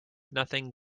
nothing